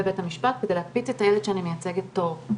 בית המשפט כדי להקפיץ את הילד שאני מייצגת תור.